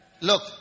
Look